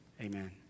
amen